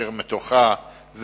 אשר מתוכה,